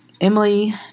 Emily